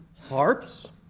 harps